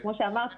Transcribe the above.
כמו שאמרת,